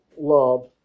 love